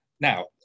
Now